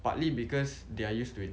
partly because they are used to it